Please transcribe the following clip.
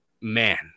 man